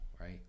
right